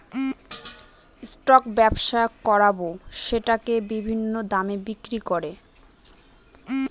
stock ব্যবসা করাবো সেটাকে বিভিন্ন দামে বিক্রি করে